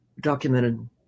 documented